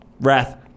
Wrath